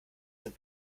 sind